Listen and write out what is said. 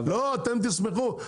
לא אתם תשמחו,